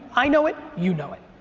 i know it you know it.